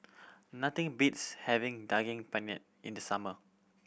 nothing beats having Daging Penyet in the summer